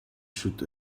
should